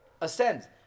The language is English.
ascend